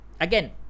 again